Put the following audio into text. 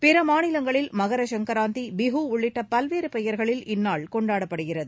பிற மாநிலங்களில் மகரசங்கராந்தி பிஹூ உள்ளிட்ட பல்வேறு பெயர்களில் இந்நாள் கொண்டாடப்படுகிறது